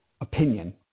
opinion